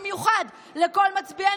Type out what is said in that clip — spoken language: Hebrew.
ובמיוחד לכל מצביענו,